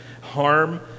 harm